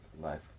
life